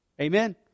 Amen